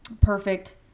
perfect